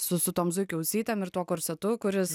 su su tom zuikio ausytėm ir tuo korsetu kuris